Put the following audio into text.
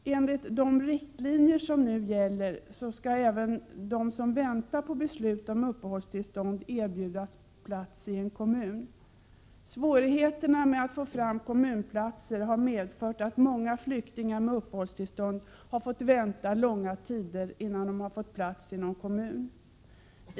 Enligt gällande riktlinjer skall även den som väntar på beslut om uppehållstillstånd erbjudas plats i en kommun. Svårigheterna att få fram kommunplatser har medfört att många flyktingar med uppehållstillstånd har fått vänta långa tider innan de fått plats.